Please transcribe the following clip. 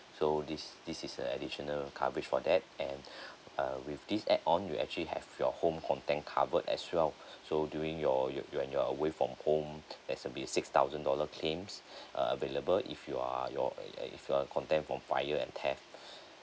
so this this is a additional coverage for that and uh with this add on you actually have your home content covered as well so during your your when you're away from home there's a be six thousand dollar claims uh available if you are your uh uh if you're content from fire and theft